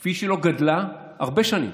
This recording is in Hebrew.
כפי שהיא לא גדלה הרבה שנים.